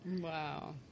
Wow